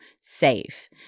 safe